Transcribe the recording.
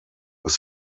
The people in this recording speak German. was